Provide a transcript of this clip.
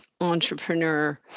entrepreneur